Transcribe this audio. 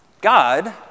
God